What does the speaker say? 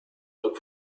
look